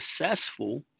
successful